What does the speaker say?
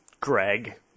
Greg